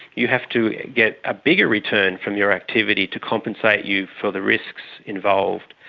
you have to get a bigger return from your activity to compensate you for the risks involved.